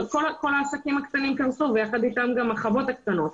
כל העסקים הקטנים קרסו ויחד איתם גם החוות הקטנות.